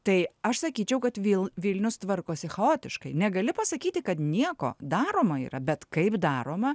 tai aš sakyčiau kad vil vilnius tvarkosi chaotiškai negali pasakyti kad nieko daroma yra bet kaip daroma